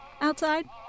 outside